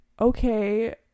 okay